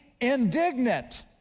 indignant